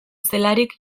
zelarik